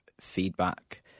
feedback